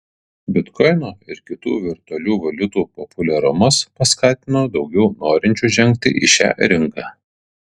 bitkoino ir kitų virtualių valiutų populiarumas paskatino daugiau norinčių žengti į šią rinką